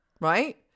Right